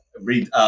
Read